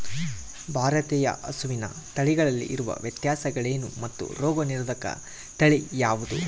ಭಾರತೇಯ ಹಸುವಿನ ತಳಿಗಳಲ್ಲಿ ಇರುವ ವ್ಯತ್ಯಾಸಗಳೇನು ಮತ್ತು ರೋಗನಿರೋಧಕ ತಳಿ ಯಾವುದು?